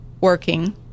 working